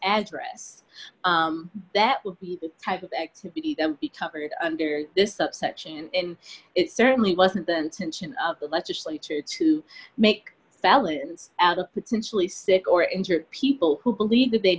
address that would be the type of activity that would be covered under this subsection and it certainly wasn't the intention of the legislature to make balance out of potentially sick or injured people who believe that they